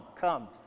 come